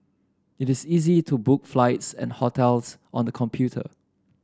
it is easy to book flights and hotels on the computer